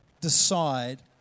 decide